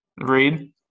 read